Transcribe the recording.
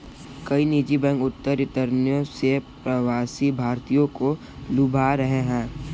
कई निजी बैंक ऊंचे रिटर्न से प्रवासी भारतीयों को लुभा रहे हैं